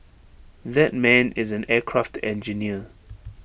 that man is an aircraft engineer